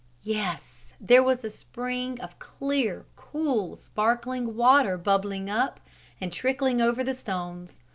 yes, there was a spring of clear, cool, sparkling water bubbling up and trickling over the stones.